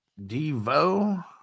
Devo